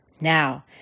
Now